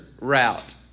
route